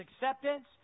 acceptance